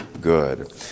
good